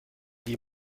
die